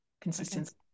consistency